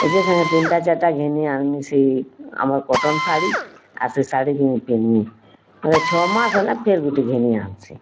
ଏକେ ସାଙ୍ଗେ ତିନ୍ଟା ଚାର୍ଟା ଘିନି ଆନମିସି ଆମର୍ କଟନ୍ ଶାଢ଼ୀ ଆର୍ ସେ ଶାଢ଼ୀକେ ମୁଇଁ ପିନ୍ଧମି ମୋତେ ଛଅ ମାସ୍ ହେଲେ ଫେର୍ ଗୁଟେ ଘିନି ଆନ୍ସି